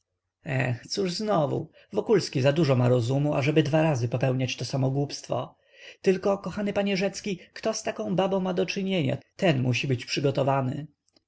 eh cóż znowu wokulski zadużo ma rozumu ażeby dwa razy popełniał to samo głupstwo tylko kochany panie rzecki kto z taką babą ma do czynienia ten musi być przygotowany